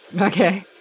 Okay